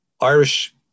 Irish